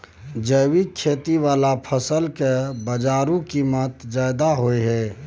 जैविक खेती वाला फसल के बाजारू कीमत ज्यादा होय हय